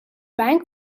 bank